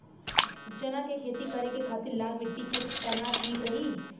चना के खेती करे के खातिर लाल मिट्टी केतना ठीक रही?